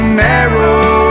narrow